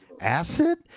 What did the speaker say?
acid